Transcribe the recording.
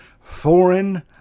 foreign